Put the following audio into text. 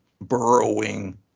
burrowing